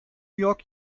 york